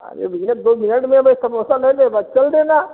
अरे भैया दो मिनट में अब ही समोसा लई लें बस चल देना